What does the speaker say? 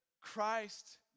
Christ